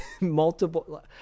multiple